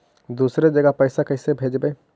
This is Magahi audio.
दुसरे जगह पैसा कैसे भेजबै?